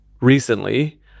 recently